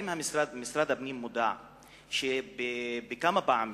שאלתי היא כך: האם משרד הפנים מודע לכך שבחלק מהמקרים